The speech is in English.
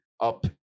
up